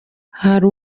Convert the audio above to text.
hari